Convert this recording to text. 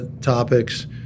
topics